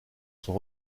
son